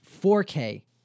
4K